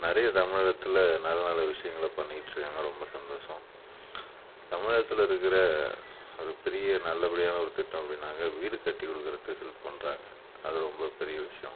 நிறைய தமிழகத்தில் நல்ல நல்ல விஷயங்கள பண்ணிகிட்டிருக்காங்க ரொம்ப சந்தோஷம் தமிழகத்தில் இருக்கிற ஒரு பெரிய நல்லபடியான ஒரு திட்டம் அப்படின்னாக்கா வீடு கட்டி கொடுக்குறத்துக்கு ஹெல்ப் பண்ணுறாங்க அது ரொம்ப பெரிய விஷயம்